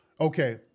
Okay